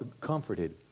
comforted